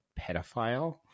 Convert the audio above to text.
pedophile